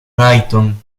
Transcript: rajton